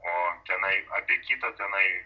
o tenai apie kitą tenai